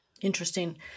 Interesting